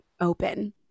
open